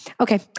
Okay